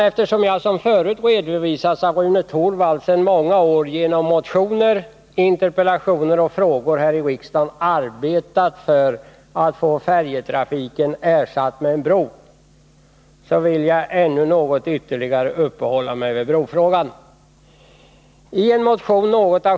Eftersom jag — som förut redovisats av Rune Torwald — i många år genom att väcka motioner och genom att framställa interpellationer och frågor här i riksdagen har arbetat för att få färjetrafiken ersatt med en bro, vill jag ytterligare något uppehålla mig vid brofrågan.